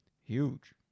Huge